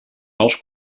pels